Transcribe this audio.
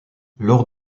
lors